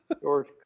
George